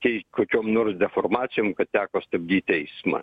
kei kokiom nors deformacijom teko stabdyt eismą